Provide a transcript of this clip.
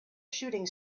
shooting